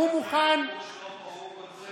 הוא מוכן, שלמה, הוא רוצה